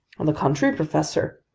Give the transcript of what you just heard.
on the contrary, professor,